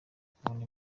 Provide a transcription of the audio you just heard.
kubona